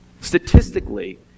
Statistically